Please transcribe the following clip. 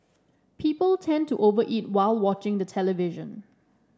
people tend to over eat while watching the television